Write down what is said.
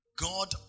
God